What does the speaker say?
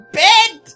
bed